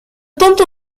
tonto